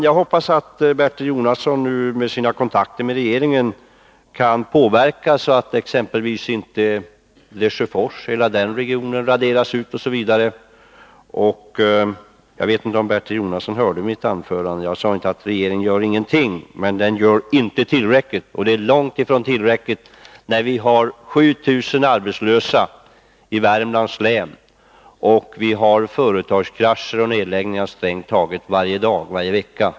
Jag hoppas att Bertil Jonasson genom sina kontakter med regeringen kan påverka utvecklingen, så att inte exempelvis Lesjöfors och hela den regionen raderas ut. Jag vet inte om Bertil Jonasson hörde mitt anförande. Jag sade inte att regeringen ingenting gör, men den gör inte tillräckligt. Det är långt ifrån tillräckligt när vi har 7 000 arbetslösa i Värmlands län och företagskrascher och nedläggningar strängt taget varje dag, varje vecka.